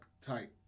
tight